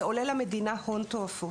זה עולה למדינה הון תועפות.